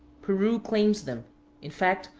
peru claims them in fact,